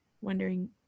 wondering